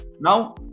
Now